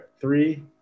Three